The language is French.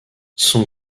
son